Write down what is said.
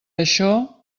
això